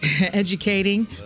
educating